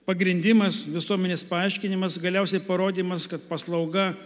pagrindimas visuomenės paaiškinimas galiausiai parodymas kad paslauga